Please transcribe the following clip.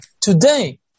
Today